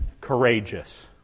courageous